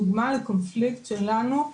דוגמה לקונפליקט שלנו,